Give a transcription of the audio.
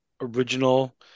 original